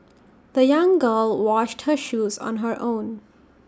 the young girl washed her shoes on her own